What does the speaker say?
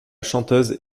chanteuse